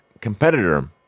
competitor